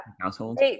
household